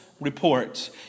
report